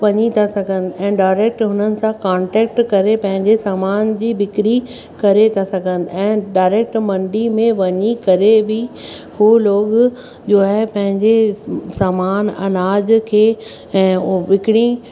वञी था सघनि ऐं डारेक्ट हुननि सां कॉन्टेक्ट करे पंहिंजे सामान जी बिक्री करे था सघनि ऐं डायरेक्ट मंडी में वञी करे बि हू लोग जो है पंहिंजे सामान अनाज खे ऐं उहो विकिणी